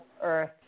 Earth